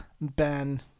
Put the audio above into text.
Ben